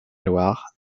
loire